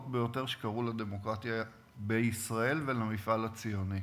ביותר שקרו לדמוקרטיה בישראל ולמפעל הציוני.